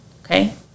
Okay